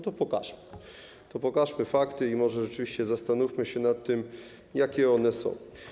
To pokażmy fakty i może rzeczywiście zastanówmy się nad tym, jakie one są.